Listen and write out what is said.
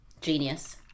Genius